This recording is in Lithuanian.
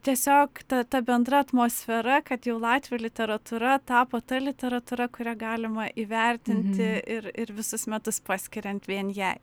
tiesiog ta ta bendra atmosfera kad jau latvių literatūra tapo ta literatūra kurią galima įvertinti ir ir visus metus paskiriant vien jai